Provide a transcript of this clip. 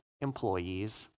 employees